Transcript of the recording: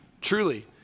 Truly